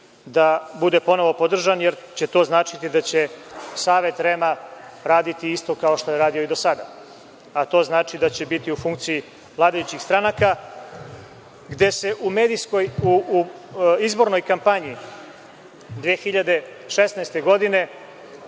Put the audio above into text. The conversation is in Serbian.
da bude ponovo podržan, jer će to značiti da će Savet REM-a raditi isto kao što je radio i do sada. To znači da će biti u funkciji vladajućih stranaka, gde se u izbornoj kampanji 2016. godine,